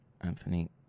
Anthony